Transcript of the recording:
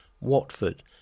Watford